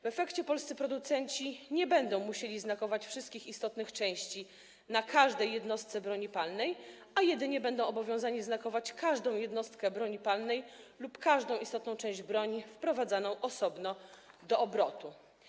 W efekcie polscy producenci nie będą musieli znakować wszystkich istotnych części na każdej jednostce broni palnej, a jedynie będą obowiązani znakować każdą jednostkę broni palnej lub każdą istotną część broni wprowadzaną osobno do obrotu.